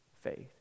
faith